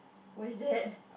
where is that